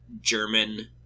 German